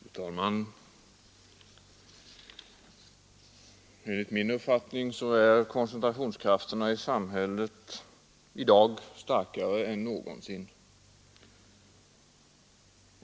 Fru talman! Enligt min mening är koncentrationskrafterna i samhället i dag starkare än någonsin.